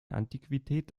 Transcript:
antiquität